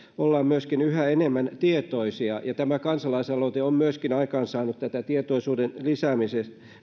ollaan yhä enemmän tietoisia ja myös tämä kansalaisaloite on aikaansaanut tietoisuuden lisääntymistä